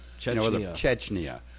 Chechnya